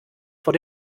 vor